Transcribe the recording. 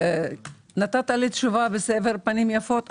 נתת לי תשובה בסבר פנים יפות,